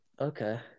Okay